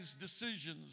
decisions